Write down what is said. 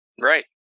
right